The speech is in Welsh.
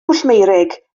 pwllmeurig